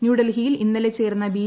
ന്യൂഡൽഹിയിൽ ഇന്നലെ ചേർന്ന ബി